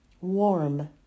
warm